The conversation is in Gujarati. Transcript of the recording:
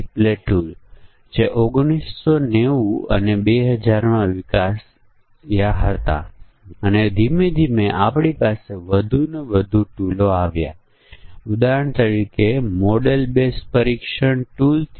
જે તમે અગાઉ નિર્ણય ટેબલ વિકાસમાં કરી રહ્યા હતા તેમ આપણે ખરેખર બધા સંભવિત સંયોજનોને ધ્યાનમાં લેવાની જરૂર નથી